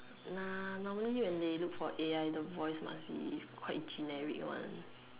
nah normally when they look for A_I the voice must be quite generic one